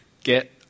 get